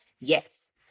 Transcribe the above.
Yes